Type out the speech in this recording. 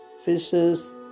fishes